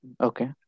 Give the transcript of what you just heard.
Okay